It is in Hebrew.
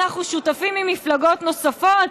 אנחנו שותפים למפלגות נוספות,